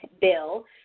bill